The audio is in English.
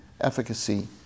efficacy